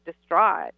distraught